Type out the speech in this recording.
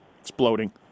exploding